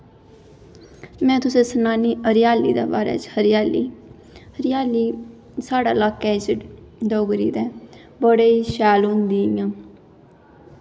में तुसें सनानी हरेयाली दे बारे च हरेयाली हरेयाली साढ़े अलाके च डोगरी दे बड़े शैल होंदी इ'यां